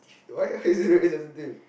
what why is it very insensitive